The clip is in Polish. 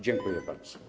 Dziękuję bardzo.